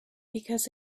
because